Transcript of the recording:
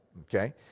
okay